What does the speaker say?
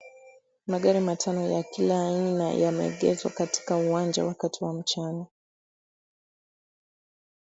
Magari matano ya kila aina, yameegezwa katika uwanja wakati wa mchana.